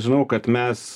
žinau kad mes